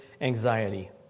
anxiety